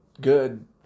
good